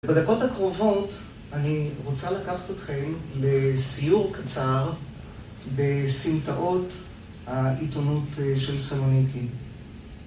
בדקות הקרובות אני רוצה לקחת אתכם לסיור קצר בסמטאות העיתונות של סלוניקי.